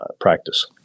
practice